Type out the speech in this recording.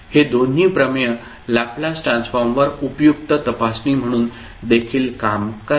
हे दोन्ही प्रमेय लॅपलास ट्रान्सफॉर्मवर उपयुक्त तपासणी म्हणून देखील काम करतात